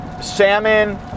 salmon